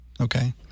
Okay